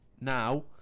now